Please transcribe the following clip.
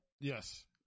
Yes